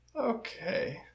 Okay